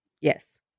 Yes